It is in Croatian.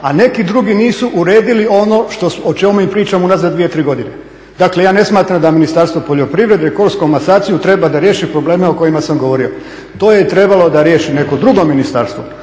a neki drugi nisu uredili ono o čemu mi pričamo unazad 2, 3 godine. Dakle ja ne smatram da Ministarstvo poljoprivrede kroz komasaciju treba da riješi probleme o kojima sam govorio, to je trebalo da riješi neko drugo ministarstvo